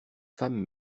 femmes